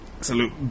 Salute